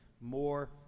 more